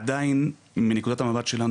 עדיין מנקודת המבט שלנו,